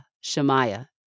Shemaiah